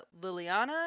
Liliana